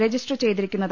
register ചെയ്തിരിക്കുന്നത്